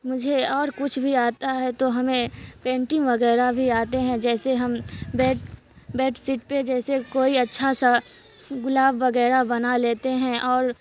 مجھے اور کچھ بھی آتا ہے تو ہمیں پینٹنگ وغیرہ بھی آتے ہیں جیسے ہم بیڈ بیڈ شیٹ پہ جیسے کوئی اچھا سا گلاب وغیرہ بنا لیتے ہیں اور